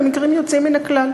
למקרים יוצאים מן הכלל.